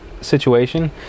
situation